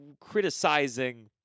criticizing